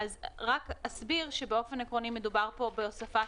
אני רק אסביר שעקרונית מדובר בהוספת